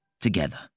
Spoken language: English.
together